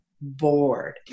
bored